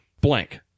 blank